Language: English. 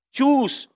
Choose